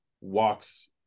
walks